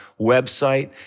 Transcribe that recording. website